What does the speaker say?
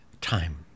time